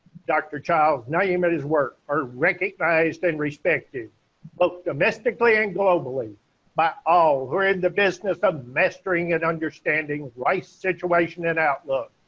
dr. childs' name and his work are recognized and respected both domestically and globally by all who are in the business of mastering and understanding rice situation and outlook.